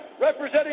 representing